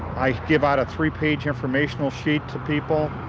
i give out a three page informational sheet to people,